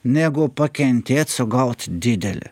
negu pakentėt sugaut didelę